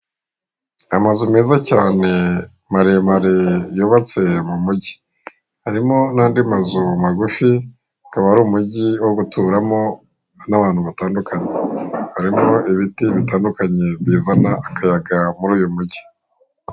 Amazu meza cyane maremare yubatse mu mugi. Harimo n'andi mazu magufi ukaba ari umugi wo guturamo n'abantu batandukanye. Harimo ibiti bitandukanye bizana akayaga muri uyu mugi.